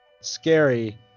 scary